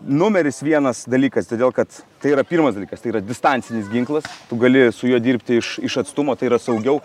numeris vienas dalykas todėl kad tai yra pirmas dalykas tai yra distancinis ginklas gali su juo dirbti iš iš atstumo tai yra saugiau